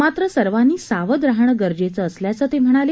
मात्र सर्वांनी सावध राहणं गरजेचं असल्याचं ते म्हणाले